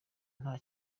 nta